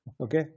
okay